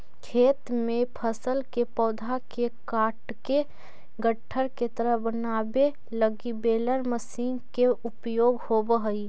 खेत में फसल के पौधा के काटके गट्ठर के तरह बनावे लगी बेलर मशीन के उपयोग होवऽ हई